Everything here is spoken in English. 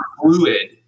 fluid